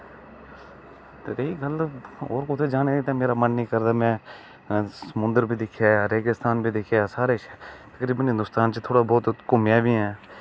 रेही कुदै होर जाने दी ते मेरा मन निं करदा कि में समुंदर बी दिक्खेआ रेगीस्तान बी दिक्खेआ सारे शैह्र फिर बी थोह्ड़ा बोह्त शैह्र च घुम्मेआं बी ऐं